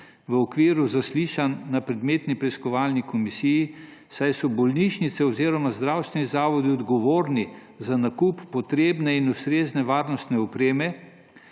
v okviru zaslišanj na predmetni preiskovalni komisiji, saj so bolnišnice oziroma zdravstveni zavodi odgovorni za nakup potrebne in ustrezne varnostne opreme.